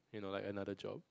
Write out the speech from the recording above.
you know like another job